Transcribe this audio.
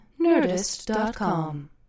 nerdist.com